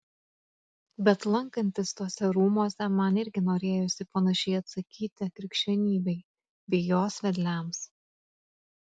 bet lankantis tuose rūmuose man irgi norėjosi panašiai atsakyti krikščionybei bei jos vedliams